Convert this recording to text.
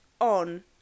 on